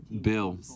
Bill